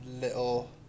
little